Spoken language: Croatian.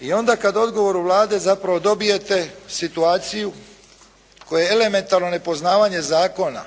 i onda kad u odgovoru Vlade zapravo dobijete situaciju koje elementarno nepoznavanje zakona,